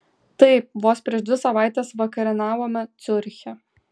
taip vos prieš dvi savaites vakarieniavome ciuriche